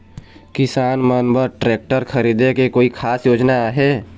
किसान मन बर ट्रैक्टर खरीदे के कोई खास योजना आहे?